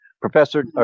Professor